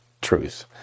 truth